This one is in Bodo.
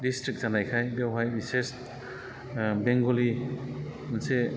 डिसट्रिक्ट जानायखाय बेवहाय बिसेस ओ बेंगलि मोनसे